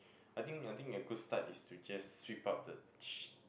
I think I think a good start is to just sweep up the sh~